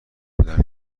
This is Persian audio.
بودم